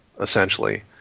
essentially